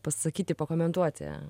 pasakyti pakomentuoti